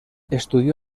estudió